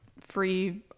free